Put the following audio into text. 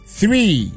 three